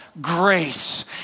Grace